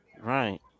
Right